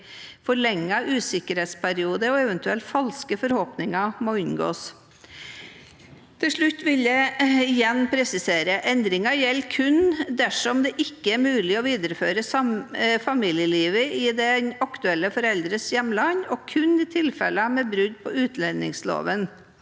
Forlenget usikkerhetsperiode og eventuelle falske forhåpninger må unngås. Til slutt vil jeg igjen presisere: Endringen gjelder kun dersom det ikke er mulig å videreføre familielivet i den aktuelle forelders hjemland, og kun i tilfeller med brudd på utlendingsloven